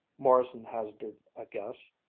morrison hazarded a guess.